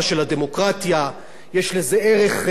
יש לזה ערך חברתי עצום,